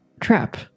trap